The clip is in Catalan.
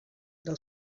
del